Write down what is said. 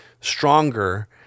stronger